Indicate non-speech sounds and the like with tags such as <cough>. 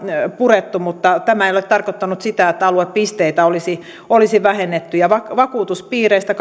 purettu mutta tämä ei ole tarkoittanut sitä että aluepisteitä olisi olisi vähennetty kahdestakymmenestäkuudesta vakuutuspiiristä <unintelligible>